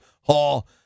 Hall